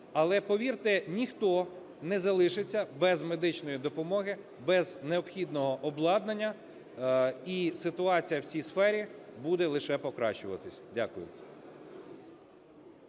Але повірте, ніхто не залишиться без медичної допомоги, без необхідного обладнання. І ситуація в цій сфері буде лише покращуватись. Дякую.